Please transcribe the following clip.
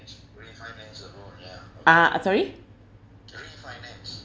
ah uh sorry